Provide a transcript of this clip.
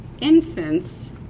infants